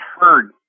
heard